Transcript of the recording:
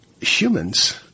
humans